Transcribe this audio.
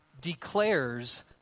declares